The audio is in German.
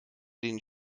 den